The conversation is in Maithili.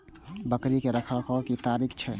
बकरी के रखरखाव के कि तरीका छै?